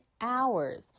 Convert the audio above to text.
hours